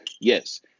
Yes